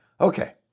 Okay